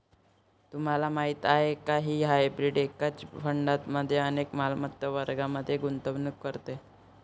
तुम्हाला माहीत आहे का की हायब्रीड एकाच फंडातील अनेक मालमत्ता वर्गांमध्ये गुंतवणूक करते?